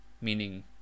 meaning